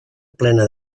plena